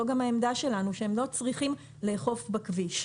זו גם העמדה שלנו, שהם לא צריכים לאכוף בכביש.